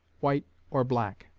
white or black.